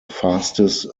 fastest